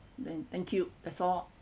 then thank you that's all